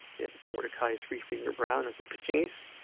it mordecai three finger brown as their bikinis.